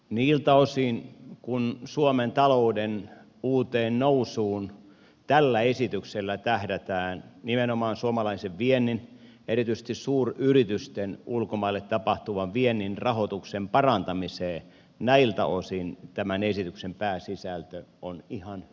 niiltä osin kuin suomen talouden uuteen nousuun tällä esityksellä tähdätään nimenomaan suomalaisen viennin ja erityisesti suuryritysten ulkomaille tapahtuvan viennin rahoituksen parantamiseen tämän esityksen pääsisältö on ihan hyvä